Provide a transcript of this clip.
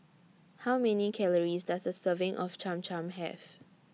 How Many Calories Does A Serving of Cham Cham Have